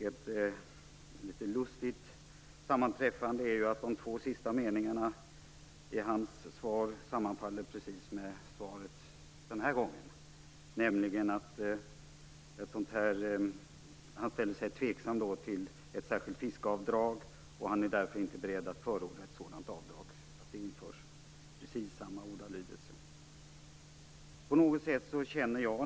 Ett litet lustigt sammanträffande är att de två sista meningarna i hans svar exakt sammanfaller med de sista meningarna i Thomas Östros svar. Han sade att han ställde sig tveksam till ett särskilt fiskeavdrag och därför inte var beredd att förorda att ett sådant avdrag infördes. Det är precis samma ordalydelse.